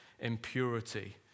Impurity